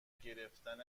گرفتن